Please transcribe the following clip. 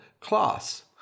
class